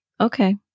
Okay